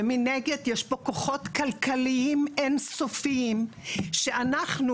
ומנגד יש פה כוחות כלכליים אין סופיים שאנחנו